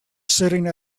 sitting